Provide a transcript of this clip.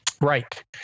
Right